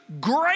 great